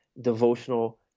devotional